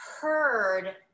heard